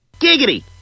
Giggity